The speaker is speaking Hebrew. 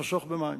לחסוך במים.